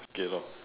okay lor